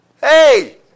hey